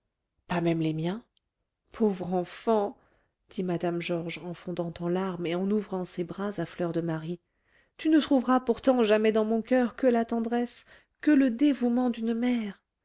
pas même les miens pauvre enfant dit mme georges en fondant en larmes et en ouvrant ses bras à fleur de marie tu ne trouveras pourtant jamais dans mon coeur que la tendresse que le dévouement d'une mère